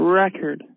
record